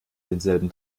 denselben